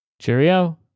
Cheerio